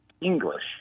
English